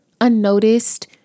unnoticed